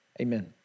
Amen